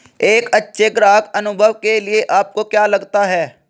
एक अच्छे ग्राहक अनुभव के लिए आपको क्या लगता है?